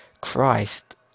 Christ